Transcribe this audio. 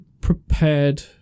prepared